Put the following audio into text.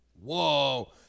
Whoa